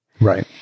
Right